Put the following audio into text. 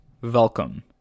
welcome